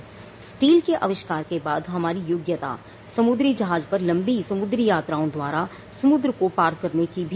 steel के अविष्कार के बाद हमारी योग्यता समुद्री जहाज पर लंबी समुद्री यात्राओं द्वारा समुद्र को पार करने की भी हो गई